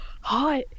hot